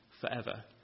forever